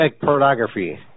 pornography